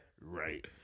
right